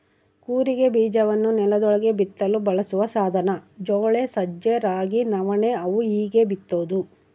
ಕೂರಿಗೆ ಬೀಜವನ್ನು ನೆಲದೊಳಗೆ ಬಿತ್ತಲು ಬಳಸುವ ಸಾಧನ ಜೋಳ ಸಜ್ಜೆ ರಾಗಿ ನವಣೆ ಅವು ಹೀಗೇ ಬಿತ್ತೋದು